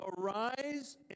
Arise